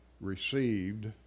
received